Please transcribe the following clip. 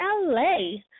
LA